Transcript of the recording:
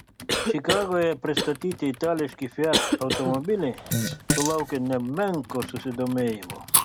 čikagoje pristatyti itališki fiat automobiliai sulaukė nemenko susidomėjimo